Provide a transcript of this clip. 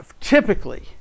typically